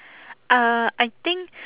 uh I think